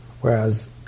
Whereas